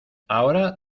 ahora